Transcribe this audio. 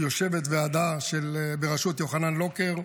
יושבת ועדה בראשות יוחנן לוקר,